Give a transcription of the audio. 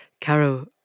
Caro